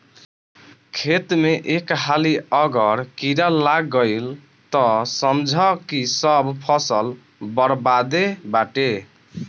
खेत में एक हाली अगर कीड़ा लाग गईल तअ समझअ की सब फसल बरबादे बाटे